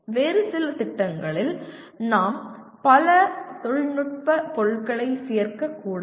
வேறு சில திட்டங்களில் நாம் பல தொழில்நுட்ப பொருட்களை சேர்க்கக்கூடாது